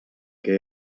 que